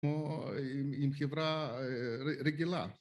עם חברה רגילה